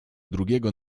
drugiego